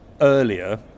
earlier